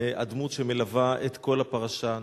הדמות שמלווה את כל הפרשה.